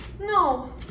No